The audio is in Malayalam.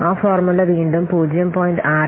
ആ ഫോർമുല വീണ്ടും 0